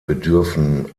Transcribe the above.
bedürfen